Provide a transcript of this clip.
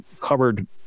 covered